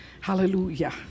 hallelujah